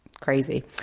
crazy